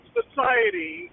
society